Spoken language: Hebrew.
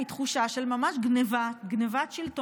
מתחושה של ממש גנבת שלטון,